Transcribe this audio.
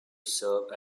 serve